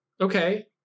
okay